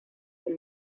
del